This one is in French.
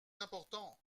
important